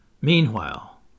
Meanwhile